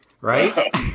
right